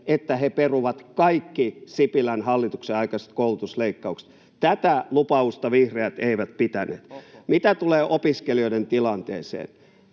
että he peruvat kaikki Sipilän hallituksen aikaiset koulutusleikkaukset. Tätä lupausta vihreät eivät pitäneet. Mitä tulee opiskelijoiden tilanteeseen,